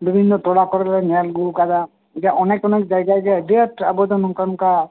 ᱵᱤᱵᱷᱤᱱᱱᱚ ᱴᱚᱞᱟ ᱠᱚᱨᱮ ᱞᱮ ᱧᱮᱞ ᱟᱜᱩᱣ ᱠᱟᱫᱟ ᱚᱱᱮᱠ ᱚᱱᱮᱠ ᱡᱟᱭᱜᱟ ᱟᱰᱤ ᱟᱸᱴ ᱟᱵᱚ ᱫᱚ ᱱᱚᱝᱠᱟ ᱱᱚᱝᱠᱟ